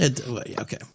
Okay